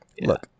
Look